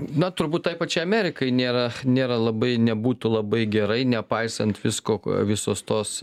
na turbūt taip pačiai amerikai nėra nėra labai nebūtų labai gerai nepaisant visko ko visos tos